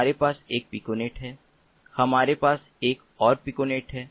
हमारे पास एक और पिकोनेट है हमारे पास एक और पिकोनेट है